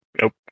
Nope